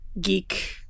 geek